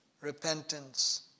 repentance